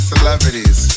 Celebrities